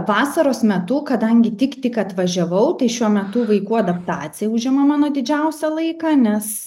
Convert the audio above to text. vasaros metu kadangi tik tik atvažiavau tai šiuo metu vaikų adaptacija užima mano didžiausią laiką nes